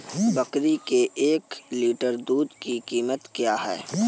बकरी के एक लीटर दूध की कीमत क्या है?